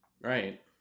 Right